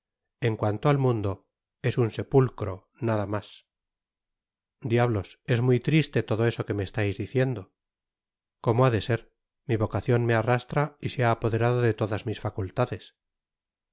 en cuanto al mundo es un sepulcro nada mas diablos es muy triste todo eso que me estais diciendo como ha de ser mi vocacion me arrastra y se ha apoderado de todas mis facultades